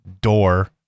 door